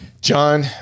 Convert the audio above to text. John